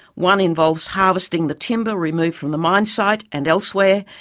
one involves harvesting the timber removed from the mine site and elsewhere,